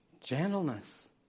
gentleness